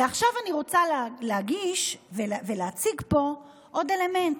ועכשיו אני רוצה להגיש ולהציג פה עוד אלמנט.